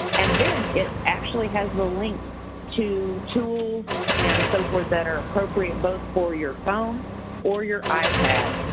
and then, it actually has the length to tools and so forth that are appropriate, both for your phone or your ipad.